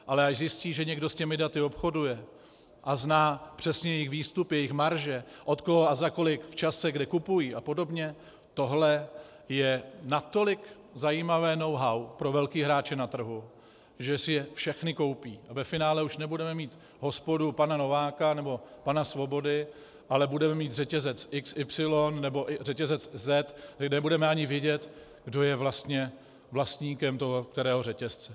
Ale až zjistí, že někdo s těmi daty obchoduje a zná přesně jejich výstupy, jejich marže, od koho a za kolik v čase kde kupují a podobně tohle je natolik zajímavé knowhow pro velké hráče na trhu, že si je všechny koupí a ve finále už nebudeme mít hospodu pana Nováka nebo pana Svobody, ale budeme mít řetězec XY nebo řetězec Z, kdy nebudeme ani vědět, kdo je vlastně vlastníkem toho kterého řetězce.